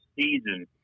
season